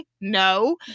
no